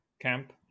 camp